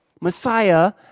Messiah